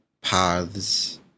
paths